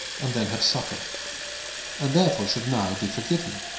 and then had suffered and, therefore, should now be forgiven.